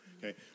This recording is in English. Okay